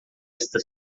esta